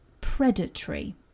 predatory